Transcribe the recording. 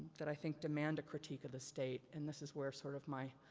that i think demand a critique of the state. and this is where sort of my,